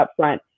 upfront